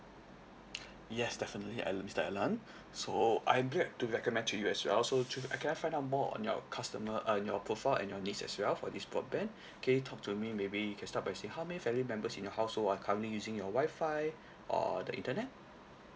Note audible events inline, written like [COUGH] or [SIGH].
[NOISE] yes definitely alan mister alan so I'm glad to recommend to you as well so to can I find out more on your customer uh your profile and your needs as well for this broadband can you talk to me maybe you can start by saying how many family members in your household are currently using your wi-fi or the internet